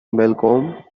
malcolm